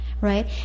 Right